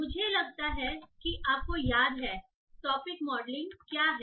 मुझे लगता है कि आपको याद है टॉपिक मॉडलिंग क्या है